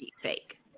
fake